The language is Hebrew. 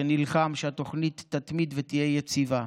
שנלחם שהתוכנית תתמיד ותהיה יציבה,